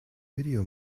video